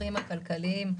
הניתוחים הכלכליים.